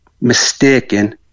mistaken